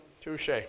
Touche